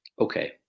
okay